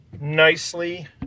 nicely